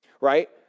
right